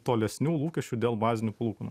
tolesnių lūkesčių dėl bazinių palūkanų